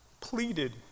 pleaded